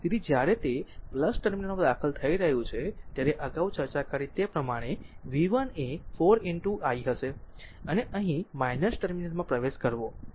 તેથી જ્યારે તે ટર્મિનલમાં દાખલ થઈ રહ્યું છે ત્યારે અગાઉ ચર્ચા કરી તે પ્રમાણે v 1 એ 4 i હશે અને અહીં ટર્મિનલમાં પ્રવેશ કરવો